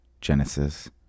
genesis